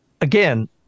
again